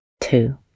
two